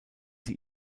sie